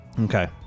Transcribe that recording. Okay